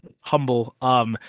humble